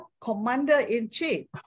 commander-in-chief